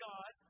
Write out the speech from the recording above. God